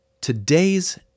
today's